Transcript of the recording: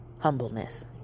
humbleness